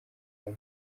buri